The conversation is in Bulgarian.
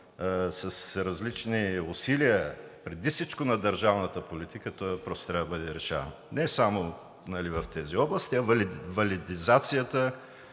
с различни усилия, преди всичко на държавната политика, този въпрос трябва да бъде решаван не само в тези области. Валидизацията